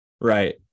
Right